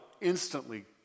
instantly